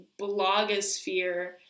blogosphere